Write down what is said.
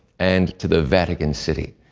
and to the vatican city.